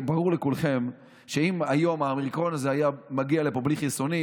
הרי ברור לכולכם שאם היום האומיקרון הזה היה מגיע לפה בלי חיסונים,